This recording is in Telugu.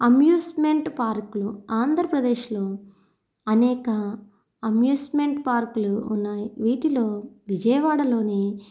అమ్యూస్మెంట్ పార్కులు ఆంధ్రప్రదేశ్లో అనేక అమ్యూస్మెంట్ పార్కులు ఉన్నాయి వీటిలో విజయవాడలోనే